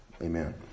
Amen